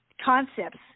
concepts